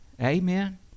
Amen